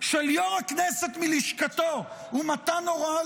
של יו"ר הכנסת מלשכתו ומתן הוראה